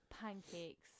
pancakes